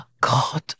God